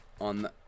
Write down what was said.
on